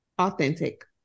Authentic